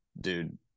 dude